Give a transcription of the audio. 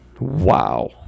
Wow